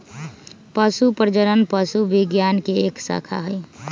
पशु प्रजनन पशु विज्ञान के एक शाखा हई